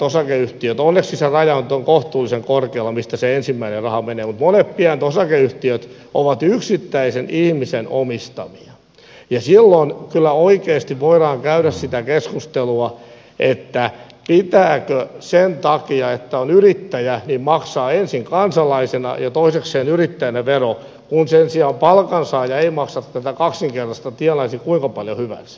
onneksi se raja nyt on kohtuullisen korkealla mistä se ensimmäinen raha menee mutta monet pienet osakeyhtiöt ovat yksittäisen ihmisen omistamia ja silloin kyllä oikeasti voidaan käydä sitä keskustelua pitääkö sen takia että on yrittäjä maksaa ensin kansalaisena ja toisekseen yrittäjänä vero kun sen sijaan palkansaaja ei maksa tätä kaksinkertaista tienasi kuinka paljon hyvänsä